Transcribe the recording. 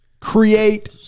create